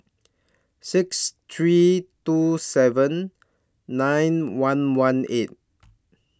six three two seven nine one one eight